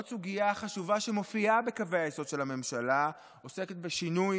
עוד סוגיה חשובה שמופיעה בקווי היסוד של הממשלה עוסקת בשינוי